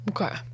Okay